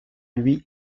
lui